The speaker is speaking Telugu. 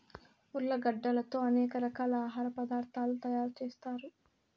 ఉర్లగడ్డలతో అనేక రకాల ఆహార పదార్థాలు తయారు చేత్తారు